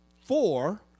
four